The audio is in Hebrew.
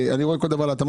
אני רואה תקציב